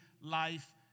life